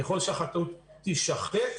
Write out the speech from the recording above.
ככול שהחקלאות תישחק,